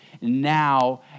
now